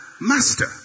master